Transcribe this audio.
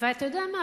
ואתה יודע מה?